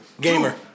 Gamer